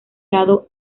lado